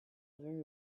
very